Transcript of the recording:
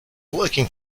lurking